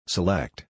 Select